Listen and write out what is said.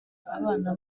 abana